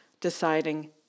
deciding